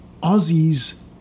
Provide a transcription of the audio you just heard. Aussies